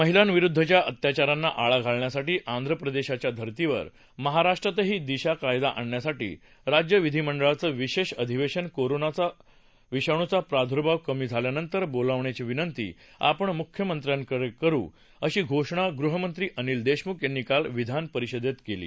महिलांविरुद्वच्या अत्याचारांना आळा घालण्यासाठी आंध्र प्रदक्षीच्या धर्तीवर महाराष्ट्रातही दिशा कायदा आणण्यासाठी राज्य विधिमंडळाचं विशाअधिवधिन कोरोनाचा विषाणूचा प्रादुर्भाव कमी झाल्यानंतर बोलावण्याची विनंती आपण मुख्यमंत्र्यांकडे करु अशी घोषणा गृहमंत्री अनिल दक्ष्मि्ख यांनी काल विधानपरिषदक्षित्री